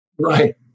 Right